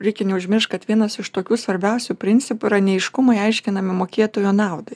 reikia neužmiršt kad vienas iš tokių svarbiausių principų yra neaiškumai aiškinami mokėtojo naudai